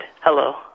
Hello